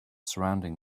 surrounding